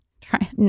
try